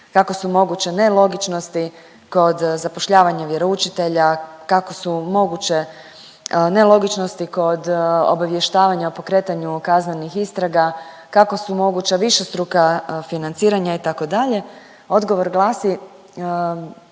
kako su moguće nelogičnosti kod zapošljavanja vjeroučitelja, kako su moguće nelogičnosti kod obaviještavanja o pokretanju kaznenih istraga, kako su moguća višestruka financiranja itd., odgovor glasi